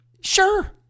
Sure